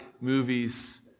movies